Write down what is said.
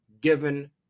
given